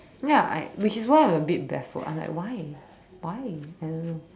ya I which is why I'm a bit baffled I'm like why why I don't know